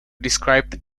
describe